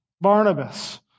Barnabas